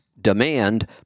demand